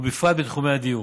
ובפרט בתחומי הדיור,